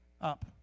up